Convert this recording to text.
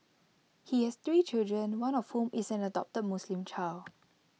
he has three children one of whom is an adopted Muslim child